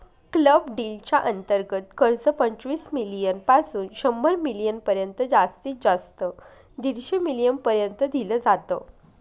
club deal च्या अंतर्गत कर्ज, पंचवीस मिलीयन पासून शंभर मिलीयन पर्यंत जास्तीत जास्त दीडशे मिलीयन पर्यंत दिल जात